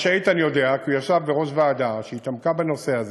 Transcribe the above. כי הוא ישב בראש ועדה שהתעמקה בנושא הזה.